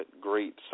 great